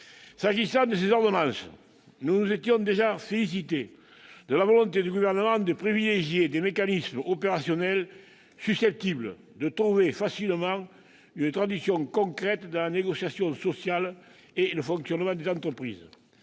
qui concerne ces ordonnances, nous nous étions déjà félicités de la volonté du Gouvernement de privilégier des mécanismes opérationnels susceptibles de trouver facilement une traduction concrète dans la négociation sociale et le fonctionnement des entreprises.